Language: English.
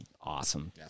awesome